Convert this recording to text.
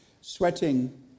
sweating